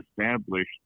established